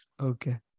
Okay